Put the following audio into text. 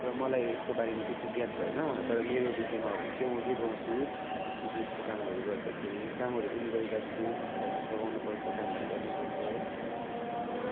र मलाई यसको बारेमा त्यति ज्ञात भएन तर मेरो विषयमा हो भने चाहिँ म चाहिँ गाउँछु म चाहिँ यस्तो कामहरू गर्दाखेरि कामहरू पनि गरिराख्छु घरमा सघाउनुपर्छ कामहरू गर्नैपर्छ है अनि